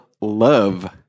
love